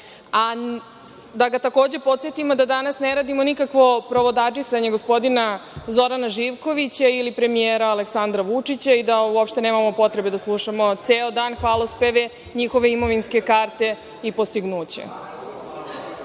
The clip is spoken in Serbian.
da ga podsetimo da danas ne radimo nikakvo provodadžisanje gospodina Zorana Živkovića ili premijera Aleksandra Vučića i da uopšte nemamo potrebe da slušamo ceo dan hvalospeve, njihove imovinske karte i postignuća.